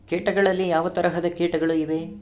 ಕೇಟಗಳಲ್ಲಿ ಯಾವ ಯಾವ ತರಹದ ಕೇಟಗಳು ಇವೆ?